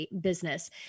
business